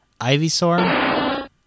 Ivysaur